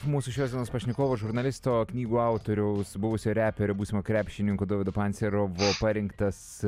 mūsų šios dienos pašnekovo žurnalisto knygų autoriaus buvusio reperio būsimo krepšininko dovydo pancerovo parinktas